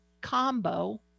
combo